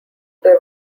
they